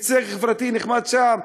הישג חברתי נחמד שם.